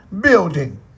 building